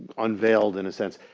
unveiled in a sense.